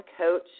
coach